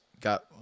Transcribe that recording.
got